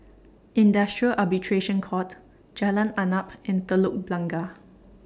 Industrial Arbitration Court Jalan Arnap and Telok Blangah